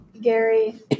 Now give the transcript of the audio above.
Gary